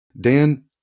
Dan